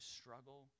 struggle